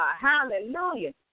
Hallelujah